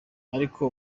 ariko